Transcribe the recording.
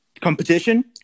competition